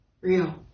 real